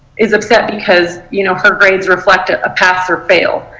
is upset because you know her grades reflect a pass or fail.